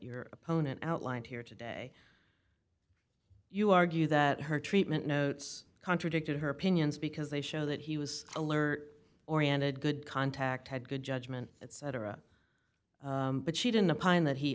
your opponent outlined here today you argue that her treatment notes contradicted her opinions because they show that he was alert oriented good contact had good judgment etc but she didn't upon that he